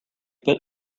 keep